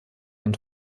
und